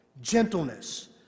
gentleness